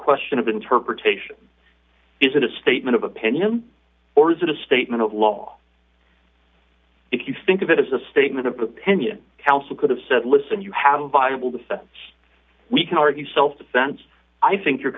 question of interpretation is it a statement of opinion or is it a statement of law if you think of it as a statement of opinion counsel could have said listen you have a viable defense we can argue self defense i think you